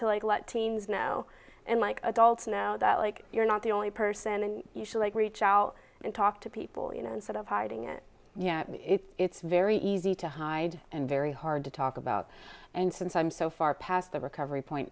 to like let teens know and like adults know that like you're not the only person you should like reach out and talk to people you know instead of hiding it yet it's very easy to hide and very hard to talk about and since i'm so far past the recovery point